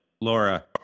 Laura